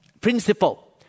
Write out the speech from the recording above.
principle